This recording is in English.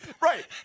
right